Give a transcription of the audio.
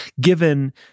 given